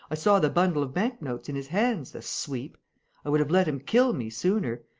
i saw the bundle of bank-notes in his hands, the sweep! i would have let him kill me sooner.